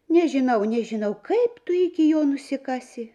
nežinau nežinau kaip tu iki jo nusikasi